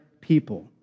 people